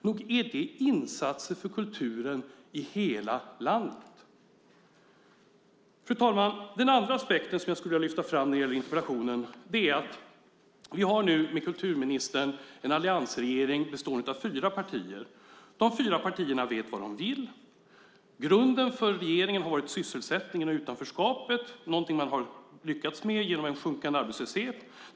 Nog är det insatser för kulturen i hela landet. Fru talman! Den andra aspekten jag skulle vilja lyfta fram när det gäller interpellationen är att vi nu med kulturministern har en alliansregering bestående av fyra partier. De fyra partierna vet vad de vill. Grunden för regeringen har varit sysselsättningen och att bryta utanförskapet. Det är någonting man har lyckats med genom en sjunkande arbetslöshet.